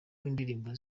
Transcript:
w’indirimbo